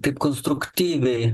kaip konstruktyviai